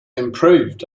improved